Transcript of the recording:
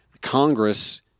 Congress